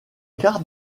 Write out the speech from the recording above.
quart